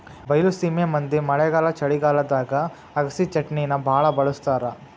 ಬೈಲಸೇಮಿ ಮಂದಿ ಮಳೆಗಾಲ ಚಳಿಗಾಲದಾಗ ಅಗಸಿಚಟ್ನಿನಾ ಬಾಳ ಬಳ್ಸತಾರ